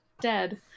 dead